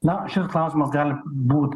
na šis klausimas gali būt